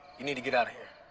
you need to get out of here.